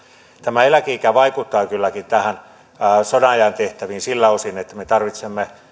tämä eläkeikä vaikuttaa kylläkin sodanajan tehtäviin siltä osin että me tarvitsemme